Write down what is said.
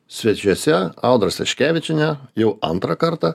svečiuose audra staškevičienė jau antrą kartą